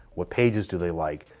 what pages do they like?